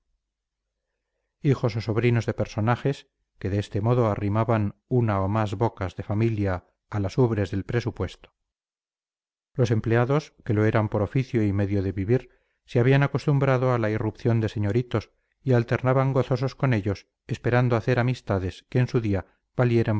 o sobrinos de personajes que de este modo arrimaban una o más bocas de la familia a las ubres del presupuesto los empleados que lo eran por oficio y medio de vivir se habían acostumbrado a la irrupción de señoritos y alternaban gozosos con ellos esperando hacer amistades que en su día valieran